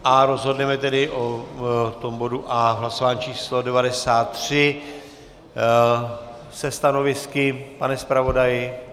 A rozhodneme tedy o bodu A v hlasování číslo devadesát tři se stanovisky, pane zpravodaji?